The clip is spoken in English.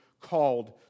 called